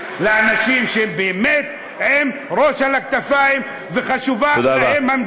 לאנשים שהם באמת עם ראש על הכתפיים וחשובה להם המדינה,